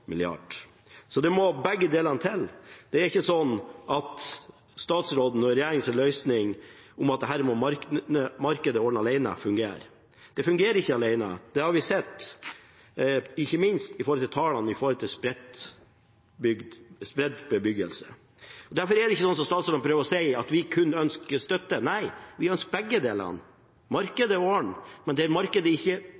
Begge deler må til – det er ikke sånn at statsrådens og regjeringens løsning, at dette må markedet ordne alene, fungerer. Det fungerer ikke alene – det har vi sett, ikke minst av tallene for spredt bebyggelse. Det er ikke sånn som statsråden prøver å si, at vi kun ønsker støtte. Nei, vi ønsker begge deler – markedet også. Men der markedet ikke